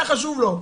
היה חשוב לו,